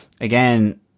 again